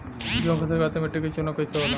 गेंहू फसल खातिर मिट्टी के चुनाव कईसे होला?